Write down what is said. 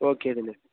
okay Dinesh